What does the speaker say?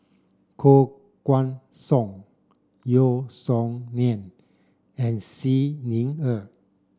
Koh Guan Song Yeo Song Nian and Xi Ni Er